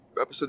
episode